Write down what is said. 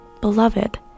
Beloved